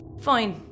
Fine